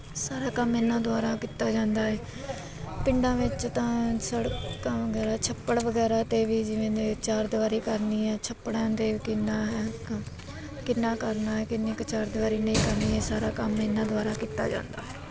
ਸਾਰਾ ਕੰਮ ਇਹਨਾਂ ਦੁਆਰਾ ਕੀਤਾ ਜਾਂਦਾ ਹੈ ਪਿੰਡਾਂ ਵਿੱਚ ਤਾਂ ਸੜਕਾਂ ਵਗੈਰਾ ਛੱਪੜ ਵਗੈਰਾ 'ਤੇ ਵੀ ਜਿਵੇਂ ਦੇ ਚਾਰ ਦੀਵਾਰੀ ਕਰਨੀ ਹੈ ਛੱਪੜਾਂ 'ਤੇ ਕਿੰਨਾਂ ਕ ਕਿੰਨਾਂ ਕਰਨਾ ਏ ਕਿੰਨੀ ਕੁ ਚਾਰ ਦੀਵਾਰੀ ਨਹੀਂ ਕਰਨੀ ਹੈ ਇਹ ਸਾਰਾ ਕੰਮ ਇਹਨਾਂ ਦੁਆਰਾ ਕੀਤਾ ਜਾਂਦਾ ਹੈ